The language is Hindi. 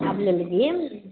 आप ले लीजिए